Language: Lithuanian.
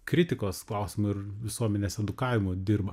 kritikos klausimu ir visuomenės edukavimu dirba